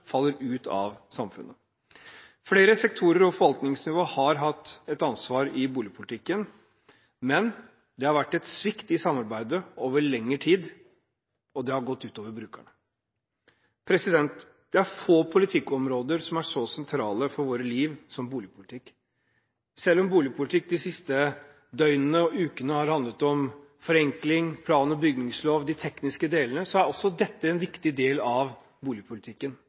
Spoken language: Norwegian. faller utenfor samfunnet. Flere sektorer og forvaltningsnivå har et ansvar i boligpolitikken, men det har vært en svikt i samarbeidet over lengre tid, og det har gått ut over brukerne. Det er få politikkområder som er så sentrale for våre liv som boligpolitikk. Selv om boligpolitikk de siste døgnene og ukene har handlet om forenkling, plan- og bygningslov og de tekniske delene, er også dette en viktig del av boligpolitikken